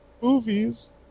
movies